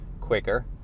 quicker